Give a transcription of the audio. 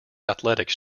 athletics